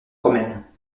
romaine